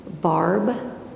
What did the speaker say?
Barb